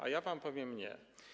A ja wam powiem „nie”